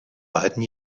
beiden